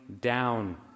down